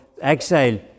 exile